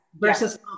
versus